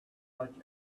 such